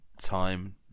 time